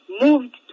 moved